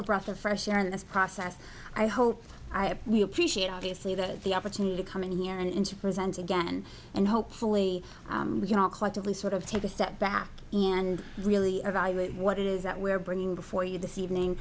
a breath of fresh air in this process i hope we appreciate obviously that the opportunity to come in here and into prisons again and hopefully we can all collectively sort of take a step back and really evaluate what it is that we're bringing before you this evening